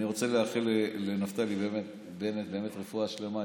אני רוצה לאחל לנפתלי בנט באמת רפואה שלמה,